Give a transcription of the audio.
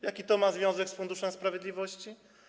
Jaki to ma związek z Funduszem Sprawiedliwości?